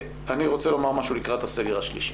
אני רוצה לומר משהו לקראת הסגר השלישי.